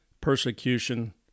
persecution